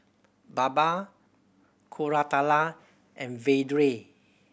Baba Koratala and Vedre